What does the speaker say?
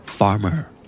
Farmer